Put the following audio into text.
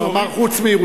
הוא אמר: חוץ מירושלים.